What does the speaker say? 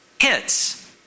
hits